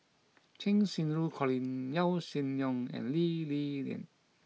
Cheng Xinru Colin Yaw Shin Leong and Lee Li Lian